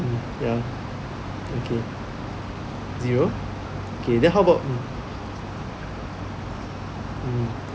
ya okay zero okay then how about mm